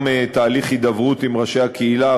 גם תהליך הידברות עם ראשי הקהילה,